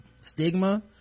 stigma